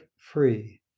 free